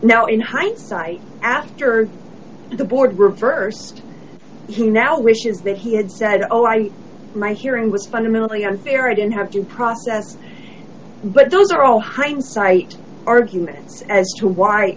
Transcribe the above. now in hindsight after the board reversed he now wishes that he had said oh i my hearing was fundamentally unfair i didn't have to process but those are all hindsight arguments as to why